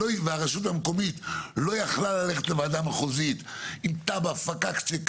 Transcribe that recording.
והרשות המקומית לא רצתה ללכת לוועדה המחוזית עם תב"ע פקקטה,